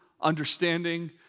understanding